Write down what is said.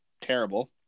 terrible